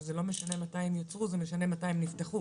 שזה לא משנה מתי הם יוצרו, זה משנה מתי הם נפתחו.